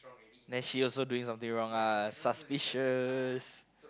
then she also doing something wrong ah suspicious